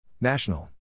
National